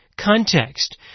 context